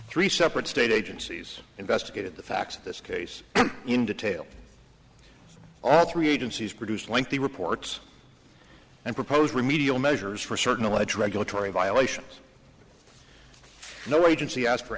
three separate state agencies investigated the facts of this case in detail all three agencies produce lengthy reports and propose remedial measures for certain alleged regulatory violations no agency asked for